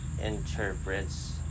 interprets